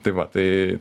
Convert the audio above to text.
tai va tai